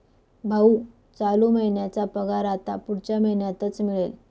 भाऊ, चालू महिन्याचा पगार आता पुढच्या महिन्यातच मिळेल